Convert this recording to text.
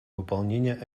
выполнения